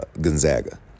gonzaga